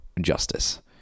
justice